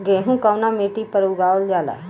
गेहूं कवना मिट्टी पर उगावल जाला?